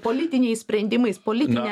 politiniais sprendimais politine